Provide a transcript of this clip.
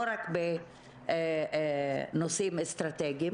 לא רק בנושאים אסטרטגיים,